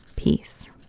peace